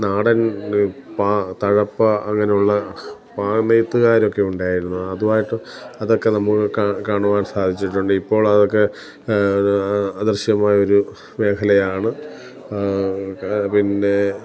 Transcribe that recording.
നാടൻ പാ തഴപ്പാ അങ്ങനെ ഉള്ള പാമേത്തുക്കാരൊക്കെ ഉണ്ടായിരുന്നു അതു ആയിട്ട് അതൊക്കെ നമുക്ക് കാ കാണുവാൻ സാധിച്ചിട്ടുണ്ട് ഇപ്പോൾ അതൊക്കെ അദൃശ്യമായൊരു മേഖലയാണ് ക പിന്നെ